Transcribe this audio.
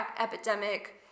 epidemic